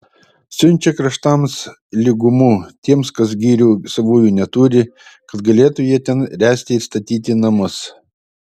siunčia kraštams lygumų tiems kas girių savųjų neturi kad galėtų jie ten ręsti ir statyti namus